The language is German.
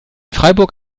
freiburg